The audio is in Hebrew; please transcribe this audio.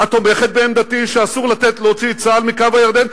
את תומכת בעמדתי שאסור להוציא את צה"ל מקו הירדן,